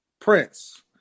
Prince